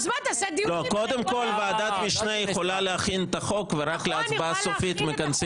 למה לא להקים ועדת משנה לוועדת החוקה שתשב על כל הצעות החוק